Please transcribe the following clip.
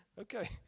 okay